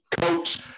Coach